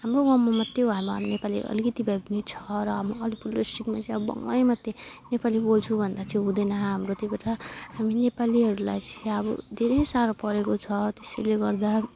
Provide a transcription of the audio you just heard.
हाम्रो गाउँमा मात्रै हामी नेपाली अलिकति भए पनि छ र हाम्रो अलिपुर डिस्ट्रिक्टमा चाहिँ अब बङ्गलै मात्रै नेपाली बोल्छु भन्दा चाहिँ हुँदैन हाम्रो त्यही भएर हामी नेपालीहरूलाई चाहिँ अब धेरै साह्रो परेको छ त्यसैले गर्दा